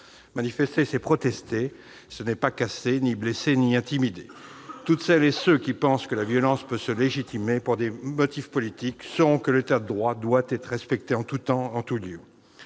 Manifester, c'est protester ; ce n'est pas casser, ni blesser, ou intimider. Toutes celles et ceux qui pensent que la violence peut se légitimer par des motifs politiques sauront que l'État de droit doit être respecté en tout temps et en tout lieu.